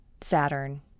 Saturn